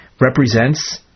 represents